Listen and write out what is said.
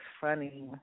funny